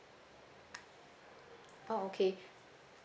oh okay